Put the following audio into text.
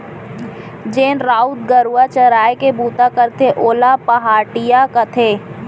जेन राउत गरूवा चराय के बूता करथे ओला पहाटिया कथें